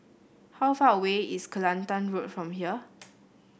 how far away is Kelantan Road from here